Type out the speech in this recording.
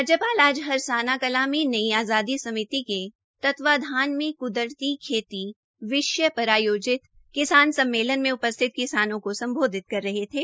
राज्यपाल आज हरसाना कलां में नई आज़ादी समिति के तत्वाधान में क्दरती खेती विषय पर आयोजित किसान सम्मेलन में उपस्थित किसानों को सम्बोधित कर रहे थे